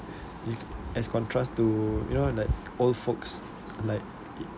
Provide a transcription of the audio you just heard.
as contrast to you know like old folks like